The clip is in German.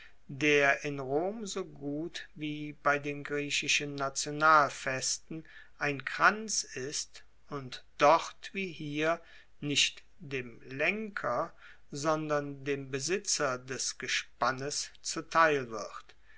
der in rom so gut wie bei den griechischen nationalfesten ein kranz ist und dort wie hier nicht dem lenker sondern dem besitzer des gespannes zuteil wird